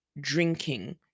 drinking